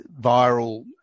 viral